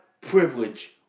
privilege